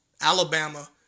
Alabama